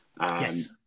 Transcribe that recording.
yes